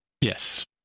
Yes